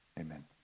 Amen